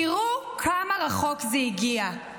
--- תראו כמה רחוק זה הגיע.